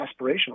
aspirational